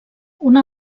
una